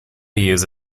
use